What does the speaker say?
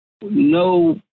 No